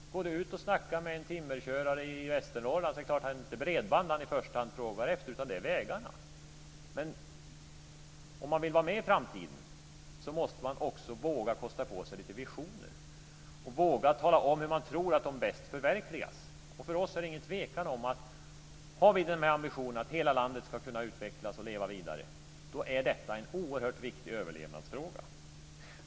Om man går ut och pratar med en timmerkörare i Västernorrland är det klart att det inte är bredband han frågar efter i första hand utan vägarna. Om man vill vara med i framtiden måste man också våga kosta på sig visioner och våga tala om hur man tror att de bäst förverkligas. För oss är det ingen tvekan, att har vi ambitionen att hela landet ska kunna utvecklas och leva vidare är detta en oerhört viktig överlevnadsfråga.